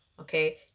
Okay